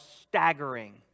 staggering